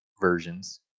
versions